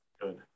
Good